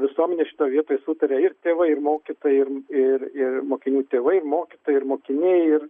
visuomenė šitoj vietoj sutaria ir tėvai ir mokytojai ir ir ir mokinių tėvai mokytojai ir mokiniai ir